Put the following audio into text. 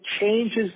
changes